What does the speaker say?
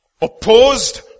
opposed